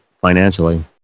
financially